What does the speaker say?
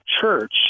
church